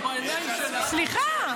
סליחה,